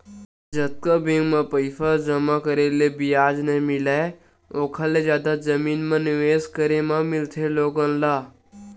जतका बेंक म पइसा जमा करे म बियाज नइ मिलय ओखर ले जादा जमीन म निवेस करे म मिलथे लोगन ल